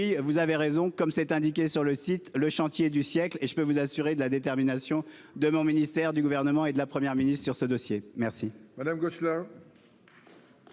vous avez raison, comme c'est indiqué sur le site le chantier du siècle et je peux vous assurer de la détermination de mon ministère du gouvernement et de la Première ministre sur ce dossier. Merci.